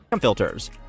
...filters